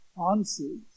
answers